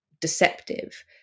deceptive